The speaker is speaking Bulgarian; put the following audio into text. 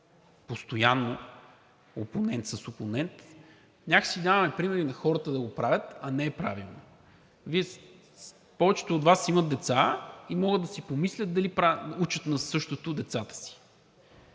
постоянно, опонент с опонент, някак си даваме пример и на хората да го правят, а не е правилно. Повечето от Вас имат деца и могат да си помислят дали учат на същото децата си.